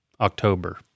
October